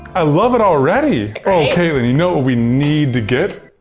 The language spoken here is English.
i love it already. oh, katelyn, you know what we need to get?